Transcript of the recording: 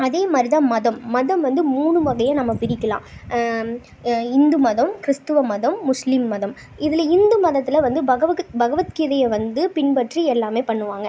அதே மாதிரி தான் மதம் மதம் வந்து மூணு வகையாக நம்ம பிரிக்கலாம் இந்து மதம் கிறிஸ்துவ மதம் முஸ்லீம் மதம் இதில் இந்து மதத்தில் வந்து பகவத் கீதையை வந்து பின்பற்றி எல்லாம் பண்ணுவாங்க